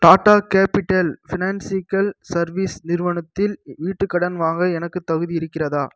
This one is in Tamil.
டாடா கேபிட்டல் ஃபினான்ஸிக்கல் சர்வீஸ் நிறுவனத்தில் வீட்டு கடன் வாங்க எனக்கு தகுதி இருக்கிறதா